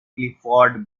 clifford